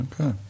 Okay